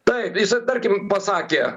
taip jisai tarkim pasakė